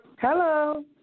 Hello